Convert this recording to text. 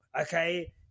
okay